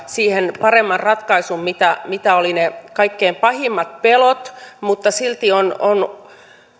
siihen paremman ratkaisun kuin mitä olivat ne kaikkein pahimmat pelot mutta silti on on